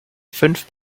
fünf